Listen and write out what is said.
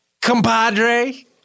compadre